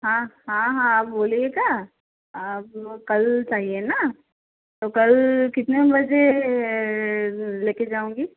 हाँ हाँ हाँ आप बोलिएगा अब कल चाहिए न तो कल कितने बजे ले कर जाओगी